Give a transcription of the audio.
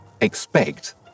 expect